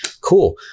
cool